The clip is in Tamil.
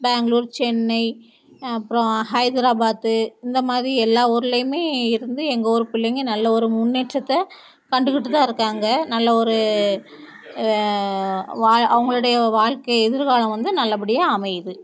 பெங்களூர் சென்னை அப்புறம் ஹைதராபாத்து இந்த மாதிரி எல்லாம் ஊர்லையுமே இருந்து எங்கள் ஊர் பிள்ளைங்கள் நல்ல ஒரு முன்னேற்றத்தை கண்டுக்கிட்டு தான் இருக்காங்க நல்ல ஒரு அவங்களுடைய வாழ்க்கை எதிர்காலம் வந்து நல்லபடியாக அமையுது